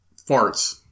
farts